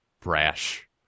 brash